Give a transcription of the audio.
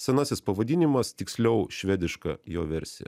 senasis pavadinimas tiksliau švediška jo versija